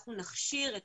אנחנו נכשיר את